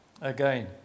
again